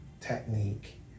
technique